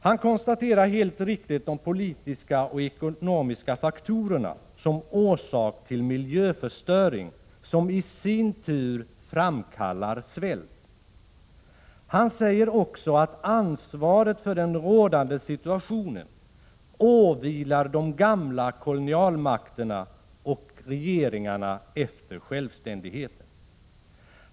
Han konstaterar helt riktigt att de politiska och ekonomiska faktorerna är orsaken till den miljöförstöring som i sin tur framkallar svält. Han säger också att ansvaret för den rådande situationen åvilar de gamla kolonialmakterna och de regeringar som kommit till efter självständigheten.